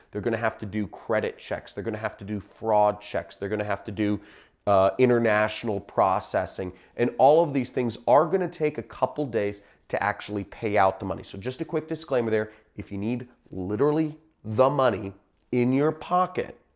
they're gonna have to do credit checks, they're gonna have to do fraud checks, they're gonna have to do international processing and all of these things are gonna take a couple days to actually pay out the money. so just a quick disclaimer there. if you need literally the money in your pocket